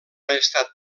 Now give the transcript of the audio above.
estat